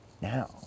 now